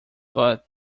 but